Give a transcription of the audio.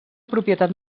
propietat